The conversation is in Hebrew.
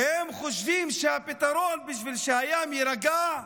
והם חושבים שבשביל שהים יירגע,